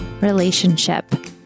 relationship